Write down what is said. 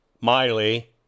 Miley